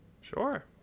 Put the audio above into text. Sure